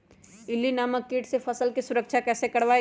इल्ली नामक किट से फसल के सुरक्षा कैसे करवाईं?